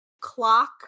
clock